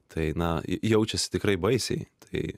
tai na jaučiasi tikrai baisiai tai